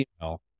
email